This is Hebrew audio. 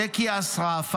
ג'קי אסרף,